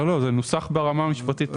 לא, זה נוסח ברמה המשפטית.